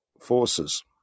forces